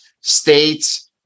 states